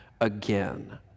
again